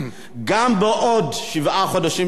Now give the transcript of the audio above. גם בעוד שבעה חודשים,